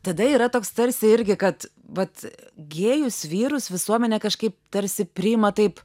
tada yra toks tarsi irgi kad vat gėjus vyrus visuomenė kažkaip tarsi priima taip